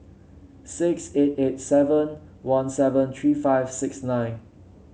six eight eight seven one seven three five six nine